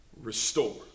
restore